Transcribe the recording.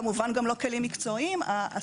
שכותרתו: מפרטים אחידים תיקון מס' 36 במסגרת התיקון,